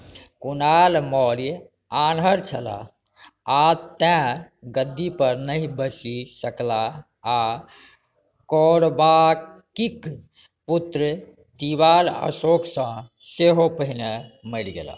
कुणाल मौर्य आन्हर छलाह आओर तेँ गद्दीपर नहि बैसि सकलाह आओर कौरवाकीक पुत्र तिवाल अशोकसँ सेहो पहिने मरि गेलाह